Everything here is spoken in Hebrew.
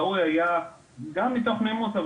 גם מתוך נימוס,